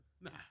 Nah